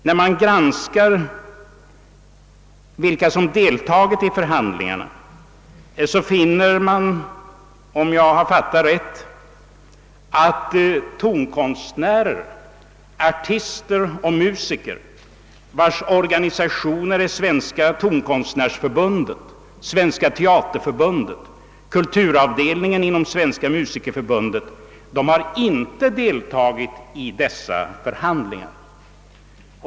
När man granskar vilka som deltagit i dessa förhandlingar finner man, om jag har fattat rätt, att tonkonstnärer, artister och musiker vilkas organisationer bl.a. är Svenska tonkonstnärsförbundet, Svenska teaterförbundet och kulturarbetaravdelningen inom Svenska musikerförbundet inte har fått delta i dessa förhandlingar.